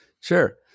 Sure